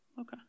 Okay